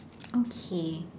okay